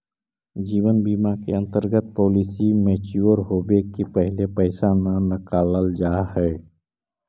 जीवन बीमा के अंतर्गत पॉलिसी मैच्योर होवे के पहिले पैसा न नकालल जाऽ हई